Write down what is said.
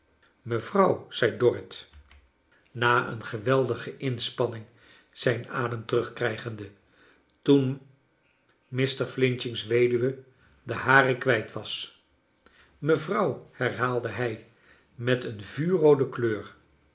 mevrouw zei dorrit na een geweldige ias panning zijn adem terugkrijgende toen mr f's weduwe den haren kwijt was mevrouw herhaalde hij met een vuurroode kleur